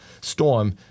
storm